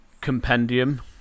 compendium